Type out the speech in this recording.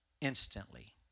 instantly